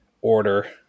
order